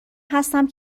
هستم